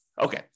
Okay